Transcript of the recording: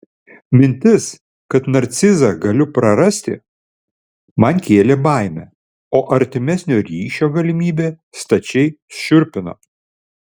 mintis kad narcizą galiu prarasti man kėlė baimę o artimesnio ryšio galimybė stačiai šiurpino